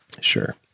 Sure